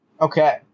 Okay